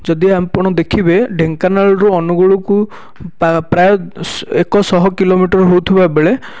ଯଦି ଆପଣ ଦେଖିବେ ଢେଙ୍କାନାଳରୁ ଅନୁଗୁଳକୁ ପ୍ରାୟ ଏକଶହ କିଲୋମିଟର ହେଉଥିବା ବେଳେ